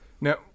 Now